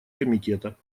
комитета